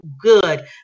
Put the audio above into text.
good